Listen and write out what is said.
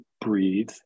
breathe